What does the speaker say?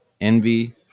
envy